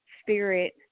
spirit